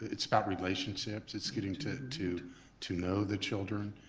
it's about relationships. it's getting to to to know the children.